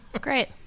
Great